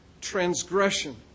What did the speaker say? transgression